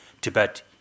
Tibet